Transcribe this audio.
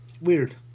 Weird